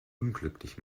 unglücklich